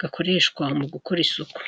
gakoreshwa mu gukora isuku.